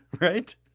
Right